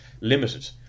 limited